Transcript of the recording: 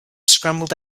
scrambled